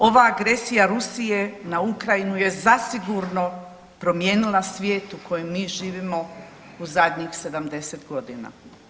Ova agresija Rusije na Ukrajinu je zasigurno promijenila svijet u kojem mi živimo u zadnjih 70 godina.